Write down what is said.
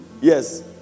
yes